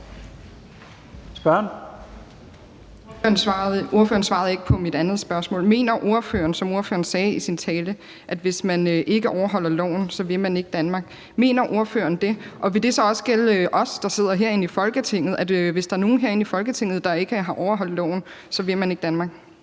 Ordføreren svarede ikke på mit andet spørgsmål. Mener ordføreren, som hun sagde i sin tale, at hvis man ikke overholder loven, så vil man ikke Danmark? Mener ordføreren det? Og vil det så også gælde os, der sidder herinde i Folketinget, altså at hvis der er nogen herinde i Folketinget, der ikke har overholdt loven, så vil man ikke Danmark?